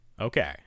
okay